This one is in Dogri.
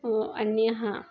आह्नेआ हा